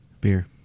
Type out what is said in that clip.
Beer